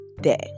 day